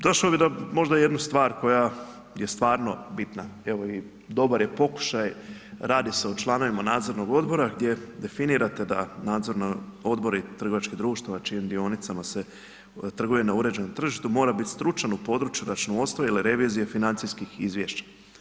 Došo bi do možda jednu stvar koja je stvarno bitna evo i dobar je pokušaj radi se o članovima nadzornog odbora gdje definirate da nadzorni odbori trgovačkih društava čijim dionicama se trguje na uređenom tržištu mora biti stručan u području računovodstva ili revizije financijskih izvješća.